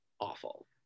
awful